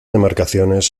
demarcaciones